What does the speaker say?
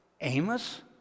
Amos